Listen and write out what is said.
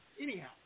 Anyhow